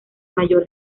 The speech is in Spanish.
mayor